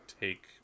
take